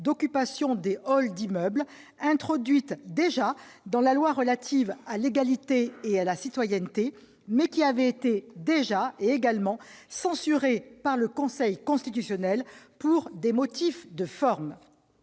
d'occupation des halls d'immeubles introduites dans la loi relative à l'égalité et à la citoyenneté. Elles avaient déjà été censurées par le Conseil constitutionnel pour des motifs de forme.